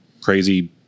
crazy